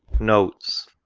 notes.